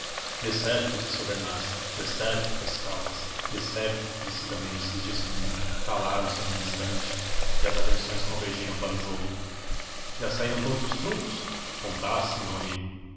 acham decerto disse albernaz decerto fez caldas decerto disse segismundo calaram-se um instante e as atenções convergiram para o jogo já saíram todos os trunfos contasse meu amigo